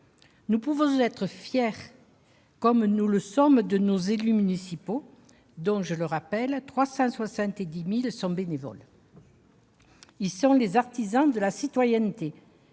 Nous pouvons en être fiers, comme nous le sommes de nos élus municipaux, dont, je le rappelle, 370 000 sont bénévoles. Ils sont les artisans de la citoyenneté.